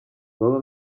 todas